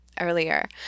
earlier